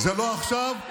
לא עכשיו,